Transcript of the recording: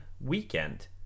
weekend